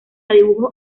dibujos